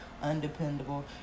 undependable